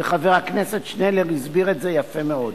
וחבר הכנסת שנלר הסביר את זה יפה מאוד.